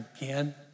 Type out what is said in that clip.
again